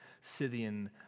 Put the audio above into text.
Scythian